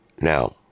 Now